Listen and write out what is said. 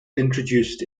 introduced